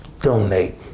donate